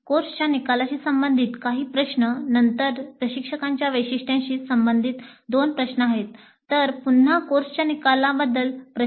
कोर्सच्या निकालांशी संबंधित काही प्रश्न नंतर प्रशिक्षकाच्या वैशिष्ट्यांशी संबंधित दोन प्रश्न तर पुन्हा कोर्सच्या निकालांबद्दल प्रश्न